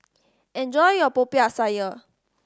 enjoy your Popiah Sayur